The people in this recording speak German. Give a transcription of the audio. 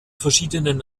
verschiedenen